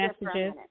messages